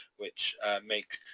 which makes.